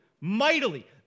mightily